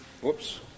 Whoops